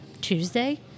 Tuesday